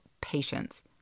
patience